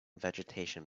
vegetation